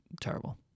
terrible